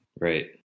Right